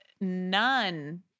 none